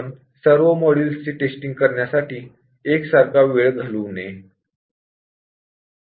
आपण सर्व मॉड्यूल्स ची टेस्टिंग करण्यासाठी एकसारखा वेळ घालवू नये